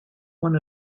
one